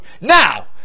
Now